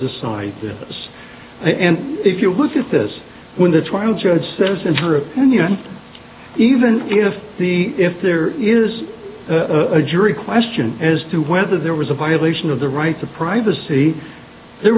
decide this and if you look at this when the trial judge says in her opinion even if the if there is a jury question as to whether there was a violation of the right to privacy there